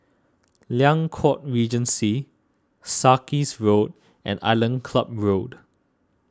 Liang Court Regency Sarkies Road and Island Club Road